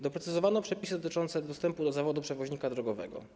Doprecyzowano przepisy dotyczące dostępu do zawodu przewoźnika drogowego.